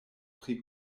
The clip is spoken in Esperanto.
pri